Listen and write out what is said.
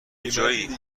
جویی